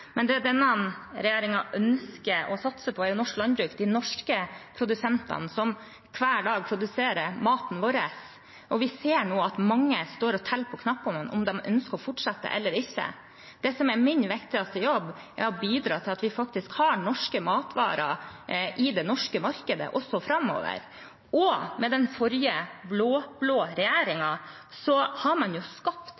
denne regjeringen ønsker å satse på, er norsk landbruk – de norske produsentene som hver dag produserer maten vår. Vi ser nå at mange står og teller på knappene om de ønsker å fortsette eller ikke. Det som er min viktigste jobb, er å bidra til at vi faktisk har norske matvarer i det norske markedet også framover. Med den forrige,